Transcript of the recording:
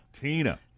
Tina